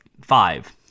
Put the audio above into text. five